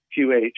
QH